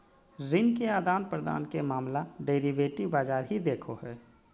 ऋण के आदान प्रदान के मामला डेरिवेटिव बाजार ही देखो हय